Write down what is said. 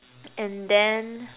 and then